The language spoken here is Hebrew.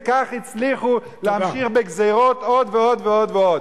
וכך הצליחו להמשיך בגזירות עוד ועוד ועוד.